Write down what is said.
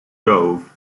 dove